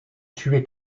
tuer